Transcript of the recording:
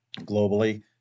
globally